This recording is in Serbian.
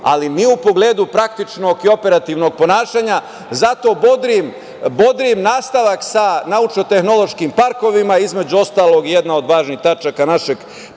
ali ni u pogledu praktičnog i operativnog ponašanja. Zato bodrim nastavak sa naučno-tehnološkim parkovima. Između ostalog, jedna od važnih tačaka našeg